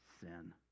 sin